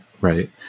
right